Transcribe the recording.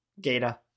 Gata